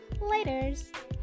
Laters